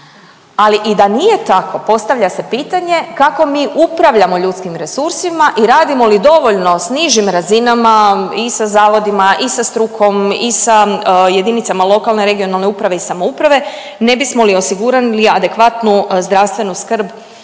Ali i da nije tako, postavlja se pitanje kako mi upravljamo ljudskim resursima i radimo li dovoljno s nižim razinama i sa zavodima, i sa strukom i sa jedinicama lokalne i regionalne uprave i samouprave ne bismo li osigurali adekvatnu zdravstvenu skrb